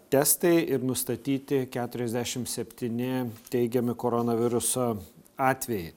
testai ir nustatyti keturiasdešim septyni teigiami koronaviruso atvejai